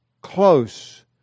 close